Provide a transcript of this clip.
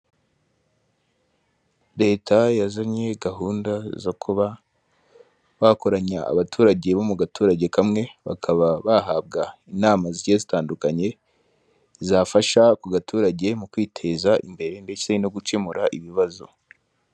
Leta yazanye gahunda zo kuba bakoranya abaturage bo mu gaturage kamwe, bakaba bahabwa inama zigiye zitandukanye, zafasha ako gaturage mu kwiteza imbere ndetse no gukemura ibibazo.